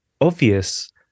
obvious